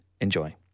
Enjoy